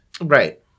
right